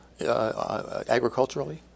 agriculturally